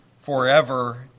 forever